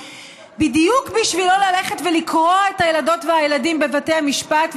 בדיוק בשביל שלא ללכת ולקרוע את הילדות והילדים בבתי המשפט,